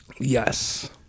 Yes